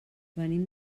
venim